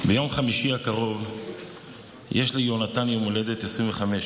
ביום חמישי הקרוב יש ליהונתן יום הולדת 25,